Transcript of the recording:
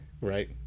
Right